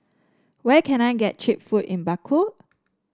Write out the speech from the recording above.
where can I get cheap food in Baku